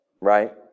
Right